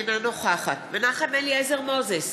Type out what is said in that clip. אינה נוכחת מנחם אליעזר מוזס,